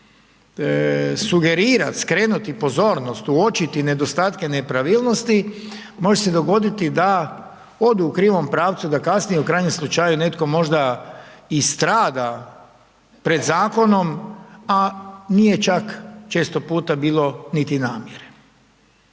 sugerirat, skrenuti pozornost, uočiti nedostatke i nepravilnosti, može se dogoditi da odu u krivom pravcu, da kasnije u krajnjem slučaju netko možda i strada pred zakonom a nije čak često puta bilo niti namjere.